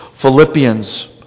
Philippians